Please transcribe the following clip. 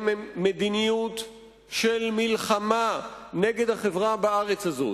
הם מדיניות של מלחמה נגד החברה בארץ הזאת,